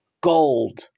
gold